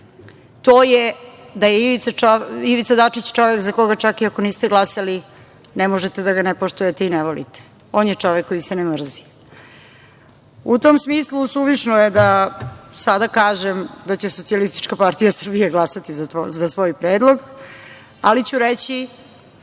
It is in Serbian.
to je da je Ivica Dačić čovek za koga čak i ako niste glasali ne možete da ga ne poštujete i ne volite. On je čovek koji se ne mrzi. U tom smislu, suvišno je da sada kažem da će SPS glasati za svoj predlog, ali ću reći